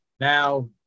Now